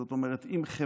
זאת אומרת, אם לחברה